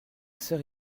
sœur